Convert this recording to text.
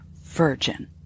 virgin